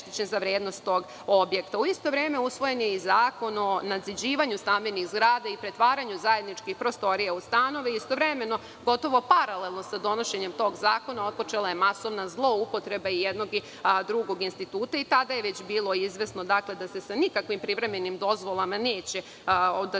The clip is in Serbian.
isto vreme, usvojen je i zakon o nadziđivanju stambenih zgrada i pretvaranju zajedničkih prostorija u stanove i istovremeno, gotovo paralelno sa donošenjem tog zakona otpočela je masovna zloupotreba i jednog i drugog instituta. Tada je već bilo izvesno da sa nikakvim privremenim dozvolama neće ti